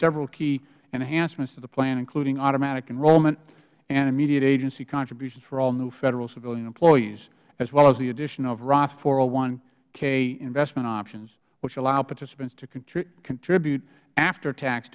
several key enhancements to the plan including automatic enrollment and immediate agency contributions for all new federal civilian employees as well as the addition of roth k investment options which allow participants to contribute aftertax